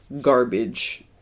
garbage